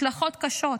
השלכות קשות.